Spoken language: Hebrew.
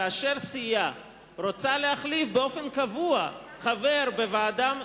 שכאשר סיעה רוצה להחליף באופן קבוע חבר בוועדה,